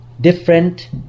different